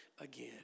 again